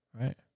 right